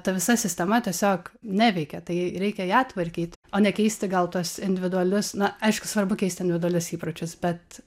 ta visa sistema tiesiog neveikia tai reikia ją tvarkyt o ne keisti gal tuos individualius na aišku svarbu keisti individualius įpročius bet